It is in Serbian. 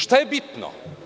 Šta je bitno?